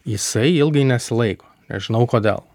jisai ilgai nesilaiko nežinau kodėl